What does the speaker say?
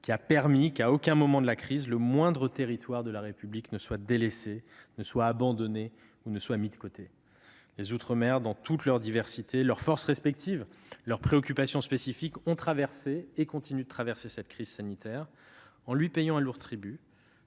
permettant qu'à aucun moment de la crise le moindre territoire de la République ne soit délaissé, abandonné ou mis de côté. Les outre-mer, dans toute leur diversité, leurs forces respectives, leurs préoccupations spécifiques, ont traversé et continuent de traverser cette crise sanitaire, certes en lui payant un lourd tribut,